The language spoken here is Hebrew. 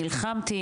נלחמתי,